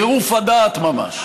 טירוף הדעת ממש.